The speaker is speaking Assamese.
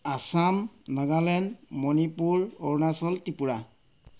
আসাম নাগালেণ্ড মণিপুৰ অৰুণাচল ত্ৰিপুৰা